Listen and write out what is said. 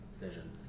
vision